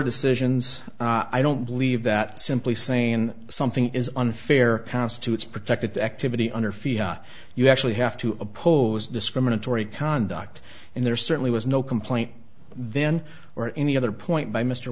decisions i don't believe that simply saying something is unfair constitutes protected activity under fia you actually have to oppose discriminatory conduct and there certainly was no complaint then or any other point by mr